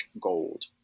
gold